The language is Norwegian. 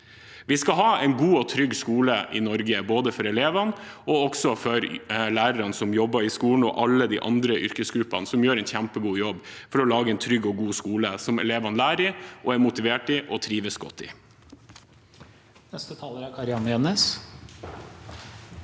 Vi skal ha en god og trygg skole i Norge både for elevene, for lærerne som jobber i skolen, og for alle de andre yrkesgruppene som gjør en kjempegod jobb for å lage en trygg og god skole som elevene lærer i, er motivert i og trives godt i.